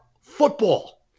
football